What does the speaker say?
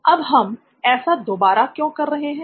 अब हम ऐसा दोबारा क्यों कर रहे है